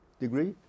degree